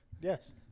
Yes